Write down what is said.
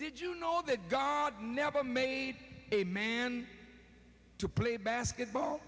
did you know that god never made a man to play basketball